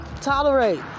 tolerate